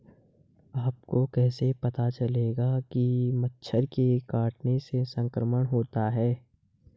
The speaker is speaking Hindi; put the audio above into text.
आपको कैसे पता चलेगा कि मच्छर के काटने से संक्रमण होता है?